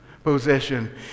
Possession